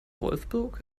wolfsburg